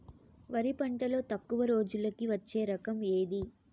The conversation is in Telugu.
వరి పంటలో తక్కువ రోజులకి వచ్చే రకం ఏది?